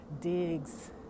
digs